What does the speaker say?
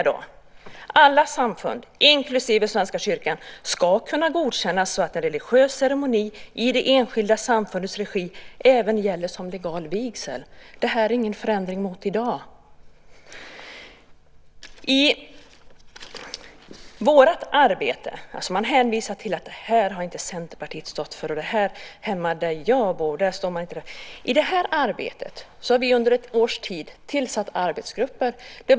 För det andra ska alla samfund inklusive Svenska kyrkan kunna godkännas så att en religiös ceremoni i det enskilda samfundets regi även gäller som legal vigsel. Det här är ingen förändring mot i dag. Man hänvisar till att Centerpartiet inte har stått för det här och säger: Hemma där jag bor står de inte för detta. I detta arbete har vi under ett års tid tillsatt arbetsgrupper.